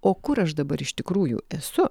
o kur aš dabar iš tikrųjų esu